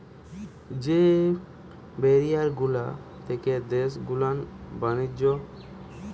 যে ব্যারিয়ার গুলা থাকে দেশ গুলার ব্যাণিজ্য